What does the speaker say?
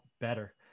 better